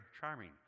charming